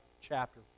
chapter